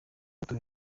batowe